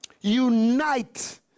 Unite